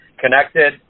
connected